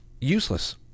Useless